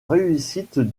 réussite